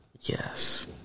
Yes